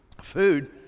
Food